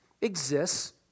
exists